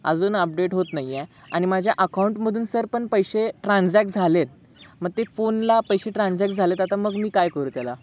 अजून अपडेट होत नाही आहे आणि माझ्या आकाऊंटमधून सर पण पैसे ट्रान्झॅक्ट झाले आहेत मग ते फोनला पैसे ट्रान्झॅक्ट झाले आहेत आता मग मी काय करू त्याला